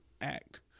act